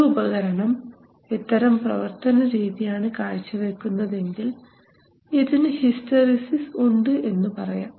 ഒരു ഉപകരണം ഇത്തരം പ്രവർത്തന രീതിയാണ് കാഴ്ചവെക്കുന്നത് എങ്കിൽ ഇതിന് ഹിസ്റ്ററിസിസ് ഉണ്ട് എന്ന് പറയാം